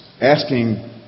asking